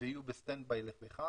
ויהיו ב-standby לפחם,